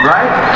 Right